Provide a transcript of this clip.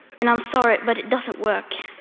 and i'm sorry, but it doesn't work.